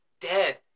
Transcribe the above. dead